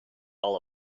all